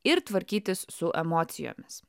ir tvarkytis su emocijomis